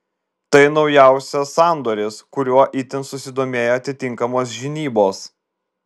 tai naujausias sandoris kuriuo itin susidomėjo atitinkamos žinybos